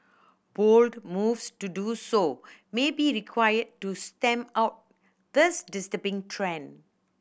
bold moves to do so may be required to stamp out this disturbing trend